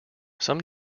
some